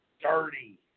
dirty